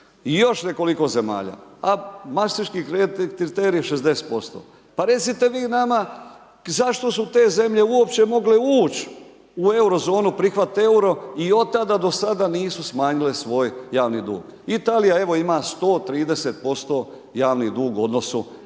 još nekoliko zemalja, a mastriški kriterij 60%. Pa recite vi nama zašto su te zemlje uopće mogle ući u Eurozonu, prihvatiti EURO i od tada do sada nisu smanjile svoj javni dug. Italija, evo, ima 130% javni dug u odnosu na